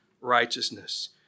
righteousness